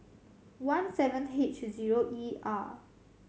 one seven H zero E R